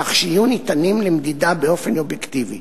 כך שיהיו ניתנים למדידה באופן אובייקטיבי.